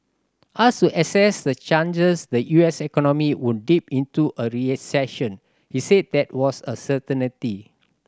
asked to assess the chances the U S economy would dip into a recession he said that was a certainty